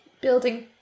building